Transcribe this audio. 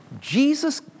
Jesus